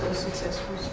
successful